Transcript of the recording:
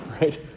right